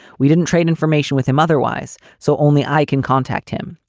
we didn't trade information with him otherwise. so only i can contact him.